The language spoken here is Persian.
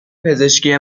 پزشکی